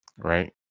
Right